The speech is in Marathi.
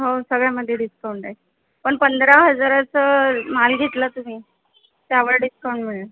हो सगळ्यामध्ये डिस्काउंट आहे पण पंधरा हजाराचं माल घेतला तुम्ही त्यावर डिस्काउंट मिळेल